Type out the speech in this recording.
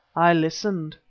i listened.